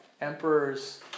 emperor's